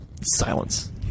silence